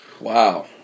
Wow